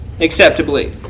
acceptably